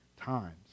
times